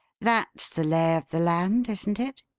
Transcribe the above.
that's the lay of the land isn't it?